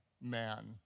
man